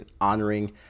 honoring